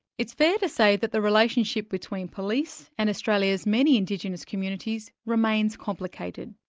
it's fair to say that the relationship between police and australia's many indigenous communities remains complicated.